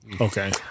Okay